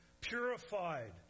purified